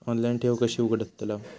Online ठेव कशी उघडतलाव?